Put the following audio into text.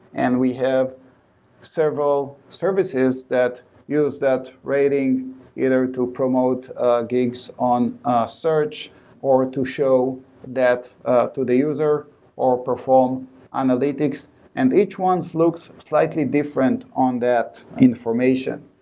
and we have several services that use that rating either to promote gigs on ah search or to show that ah to the user or perform analytics and each one looks slightly different on that information.